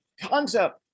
concept